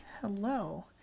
Hello